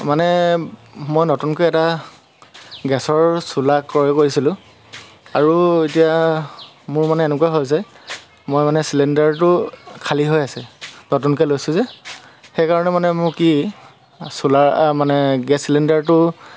মানে মই নতুনকৈ এটা গেছৰ চোলা ক্ৰয় কৰিছিলোঁ আৰু এতিয়া মোৰ মানে এনেকুৱা হ'ল যে মই মানে চিলিণ্ডাৰটো খালী হৈ আছে নতুনকৈ লৈছোঁ যে সেইকাৰণে মানে মোৰ কি চোলা মানে গেছ চিলিণ্ডাৰটো